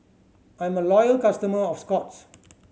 I'm a loyal customer of Scott's